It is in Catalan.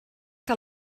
que